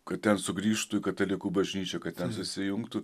kad ten sugrįžtų į katalikų bažnyčią kad ten susijungtų